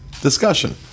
discussion